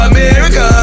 America